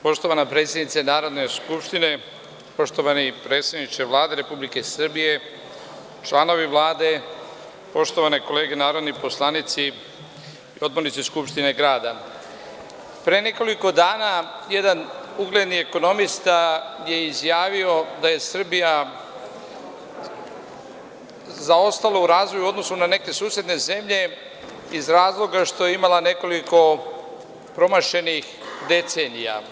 Poštovana predsednice Narodne skupštine, poštovani predsedniče Vlade Republike Srbije, članovi Vlade, poštovani narodni poslanici, odbornici Skupštine grada, pre nekoliko dana jedan ugledni ekonomista je izjavio da je Srbija zaostala u razvoju, u odnosu na neke susedne zemlje iz razloga što je imala nekoliko promašenih decenija.